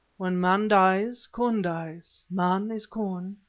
when man dies, corn dies. man is corn,